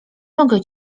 mogę